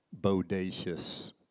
bodacious